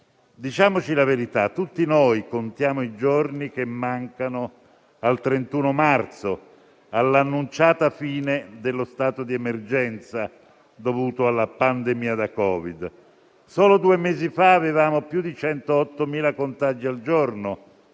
Diciamoci la verità: tutti noi contiamo i giorni che mancano al 31 marzo, all'annunciata fine dello stato di emergenza dovuto alla pandemia da Covid. Solo due mesi fa c'erano più di 108.000 contagi al giorno,